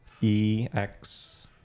E-X